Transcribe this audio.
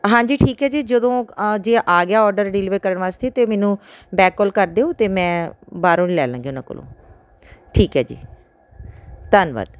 ਹਾਂਜੀ ਠੀਕ ਹੈ ਜੀ ਜਦੋਂ ਜੇ ਆ ਗਿਆ ਔਡਰ ਡਿਲਿਵਰ ਕਰਨ ਵਾਸਤੇ ਤਾਂ ਮੈਨੂੰ ਬੈਕ ਕੌਲ ਕਰ ਦਿਓ ਅਤੇ ਮੈਂ ਬਾਹਰੋਂ ਲੈ ਲਵਾਂਗੀ ਉਹਨਾਂ ਕੋਲੋਂ ਠੀਕ ਹੈ ਜੀ ਧੰਨਵਾਦ